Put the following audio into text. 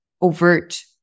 overt